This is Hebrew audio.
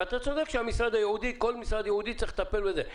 ואתה צודק שכל משרד ייעודי צריך לטפל בזה.